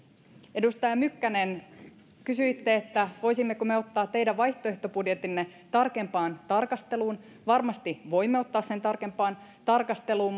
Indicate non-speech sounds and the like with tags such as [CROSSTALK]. edustaja mykkänen kysyitte voisimmeko me ottaa teidän vaihtoehtobudjettinne tarkempaan tarkasteluun varmasti voimme ottaa sen tarkempaan tarkasteluun [UNINTELLIGIBLE]